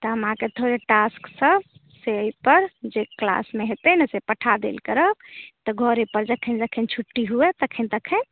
तऽ हम अहाँके थोड़े टास्कसभ से यऽपर जे क्लासमे हेतऐ ने से पठा देल करब तऽ घरे पर जखन जखन छुट्टी होइए तखन तखन